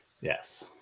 yes